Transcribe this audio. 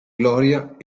gloria